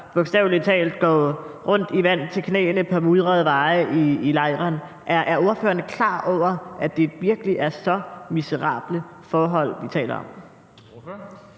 bogstavelig talt går rundt i vand til knæene på mudrede veje i lejrene. Er ordføreren klar over, at det virkelig er så miserable forhold, vi taler om?